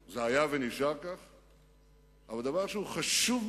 שרון, אף-על-פי שהיינו במשבר כלכלי קשה